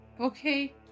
Okay